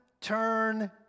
turn